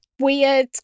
weird